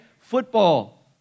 football